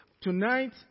tonight